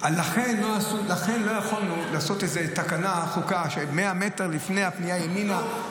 לכן לא יכולנו לעשות תקנה ש-100 מטר לפני הפנייה ימינה,